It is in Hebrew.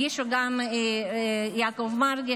הגישו גם יעקב מרגי,